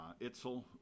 Itzel